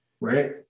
right